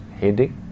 headache